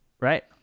Right